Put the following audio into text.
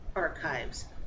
Archives